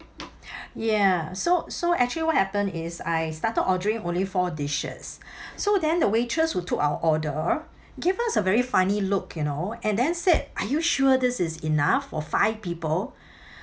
ya so so actually what happened is I started ordering only four dishes so then the waitress who took our order gave us a very funny look you know and then said are you sure this is enough for five people